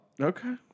Okay